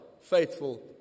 faithful